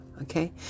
okay